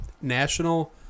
National